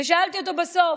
ושאלתי אותו בסוף: